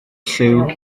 llew